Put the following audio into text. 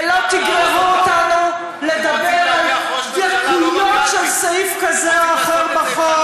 ולא תגררו אותנו לדבר על דקויות של סעיף כזה או אחר בחוק,